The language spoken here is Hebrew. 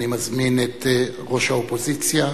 אני מזמין את ראש האופוזיציה,